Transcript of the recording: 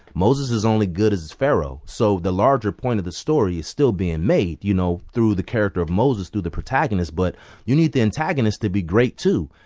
moses is only good as his pharaoh. so the larger point of the story is still being made, you know, through the character of moses, through the protagonist. but you need the antagonist to be great, too.